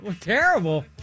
Terrible